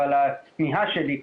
אבל התמיהה שלי,